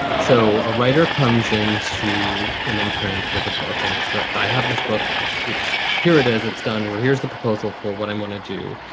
so a writer comes in to an imprint with a book and say that i have this book. it's it's here it as it's done here. here's the proposal for what i want to do.